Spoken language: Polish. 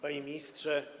Panie Ministrze!